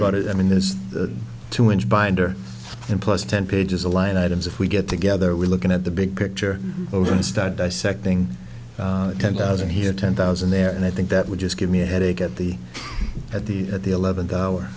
about it i mean there's two inch binder and plus ten pages a line items if we get together we're looking at the big picture over and start dissecting ten thousand here ten thousand there and i think that would just give me a headache at the at the at the eleventh hour